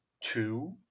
two